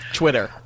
twitter